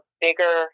bigger